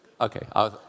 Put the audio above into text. Okay